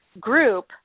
group